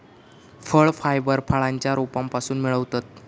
फळ फायबर फळांच्या रोपांपासून मिळवतत